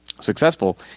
successful